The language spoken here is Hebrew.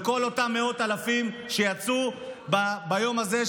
לכל אותם מאות אלפים שיצאו ביום הזה,